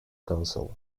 council